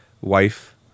wife